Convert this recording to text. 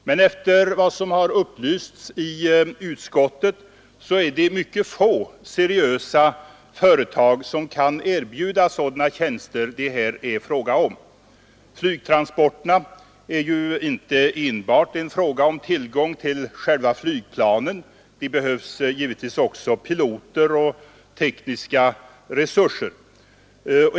Men efter vad som har upplysts i utskottet är det mycket få seriösa företag som kan erbjuda sådana tjänster det här är fråga om. Flygtransporterna är ju inte enbart en fråga om tillgång till själva flygplanen. Det behövs givetvis också piloter och tekniska resurser.